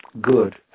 good